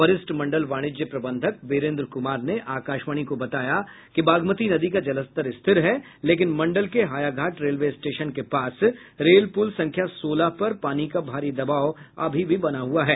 वरिष्ठ मंडल वाणिज्य प्रबंधक बिरेन्द्र कुमार ने आकाशवाणी को बताया कि बागमती नदी का जलस्तर स्थिर है लेकिन मंडल के हायाघाट रेलवे स्टेशन के पास रेल पुल संख्या सोलह पर पानी का भारी दबाव अभी भी बना हुआ है